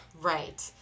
Right